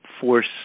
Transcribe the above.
force